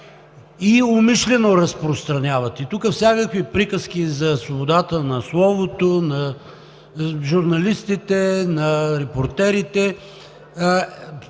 и умишлено разпространяват. И тук всякакви приказки за свободата на словото, на журналистите, на репортерите